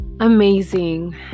amazing